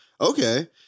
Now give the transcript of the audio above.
okay